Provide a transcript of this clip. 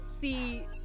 see